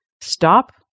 stop